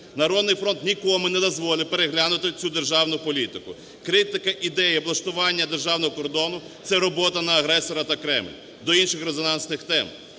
"Народний фронт" нікому не дозволить переглянути цю державну політику. Критика ідеї облаштування державного кордону – це робота на агресора та Кремль. До інших резонансних тем.